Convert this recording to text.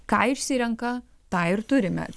ką išsirenka tą ir turime